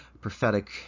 prophetic